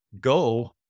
go